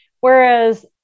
whereas